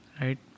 Right